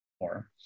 more